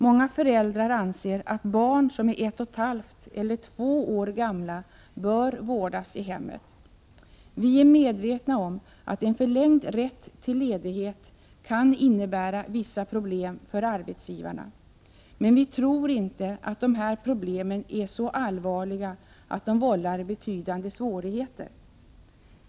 Många föräldrar anser att barn som är ett och ett halvt eller två år gamla bör vårdas i hemmet. Vi är medvetna om att en förlängd rätt till ledighet kan innebära vissa problem för arbetsgivarna, men vi tror inte att dessa problem är så allvarliga att de vållar betydande svårigheter.